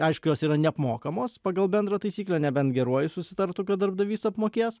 aišku jos yra neapmokamos pagal bendrą taisyklę nebent geruoju susitartų kad darbdavys apmokės